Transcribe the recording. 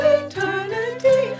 eternity